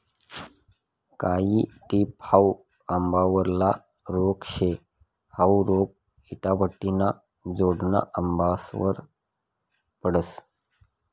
कायी टिप हाउ आंबावरला रोग शे, हाउ रोग इटाभट्टिना जोडेना आंबासवर पडस